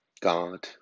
God